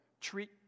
treat